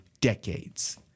decades